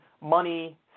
money